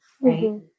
Right